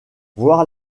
voir